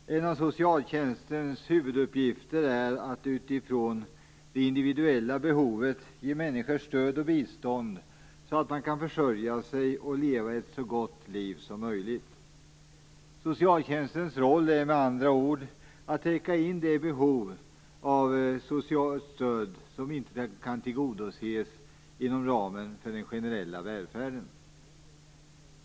Fru talman! En av socialtjänstens huvuduppgifter är att utifrån det individuella behovet ge människor stöd och bistånd så att de kan försörja sig och leva ett så gott liv som möjligt. Socialtjänstens roll är med andra ord att täcka in det behov av socialt stöd som inte kan tillgodoses inom ramen för den generella välfärden.